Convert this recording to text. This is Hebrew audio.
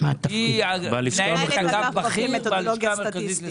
היא מנהלת אגף בכיר בלשכה המרכזית לסטטיסטיקה.